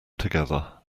together